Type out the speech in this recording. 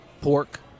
pork